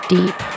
Deep